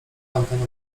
tamten